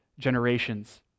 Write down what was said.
generations